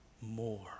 more